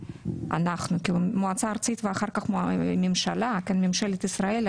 אנחנו הכוונה למועצה הארצית ואחר כך ממשלת ישראל,